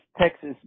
Texas